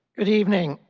good evening,